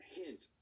hint